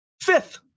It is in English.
Fifth